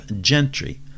Gentry